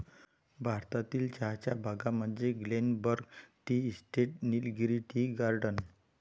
भारतातील चहाच्या बागा म्हणजे Glenburn tea estate, Nilgiri tea garden